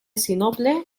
sinople